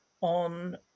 on